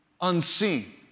unseen